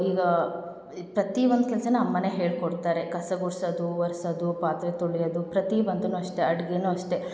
ಈಗ ಪ್ರತಿಯೊಂದ್ ಕೆಲ್ಸನೂ ಅಮ್ಮನೇ ಹೇಳಿಕೊಡ್ತಾರೆ ಕಸ ಗುಡ್ಸೋದು ಒರ್ಸೋದು ಪಾತ್ರೆ ತೊಳ್ಯೋದು ಪ್ರತಿಯೊಂದನ್ನು ಅಷ್ಟೇ ಅಡ್ಗೆಯೂ ಅಷ್ಟೇ